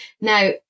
Now